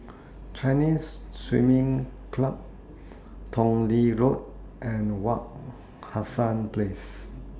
Chinese Swimming Club Tong Lee Road and Wak Hassan Place